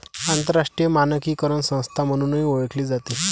आंतरराष्ट्रीय मानकीकरण संस्था म्हणूनही ओळखली जाते